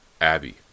Abby